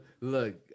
Look